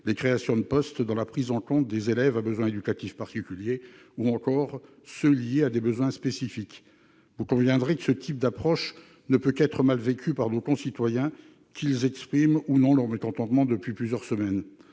les créations de postes dans la prise en charge des élèves à besoins éducatifs particuliers ou encore ceux qui sont liés à des besoins spécifiques. Vous en conviendrez, ce type d'approche ne peut qu'être mal vécu par nos concitoyens, qu'ils expriment ou non leur mécontentement depuis plusieurs semaines.